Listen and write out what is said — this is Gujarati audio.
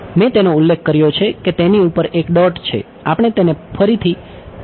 મેં તેનો ઉલ્લેખ કર્યો છે કે તેની ઉપર એક ડોટ છે આપણે તેને પછીથી ઓપન કરીને કામ કરીશું